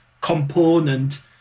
component